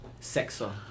sexo